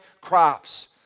crops